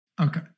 Okay